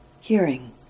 hearing